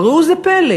אבל ראו זה פלא,